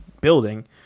building